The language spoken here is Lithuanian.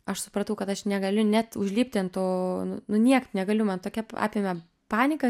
aš supratau kad aš negaliu net užlipti ant to nu niekaip negaliu man tokia apėmė panika